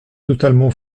totalement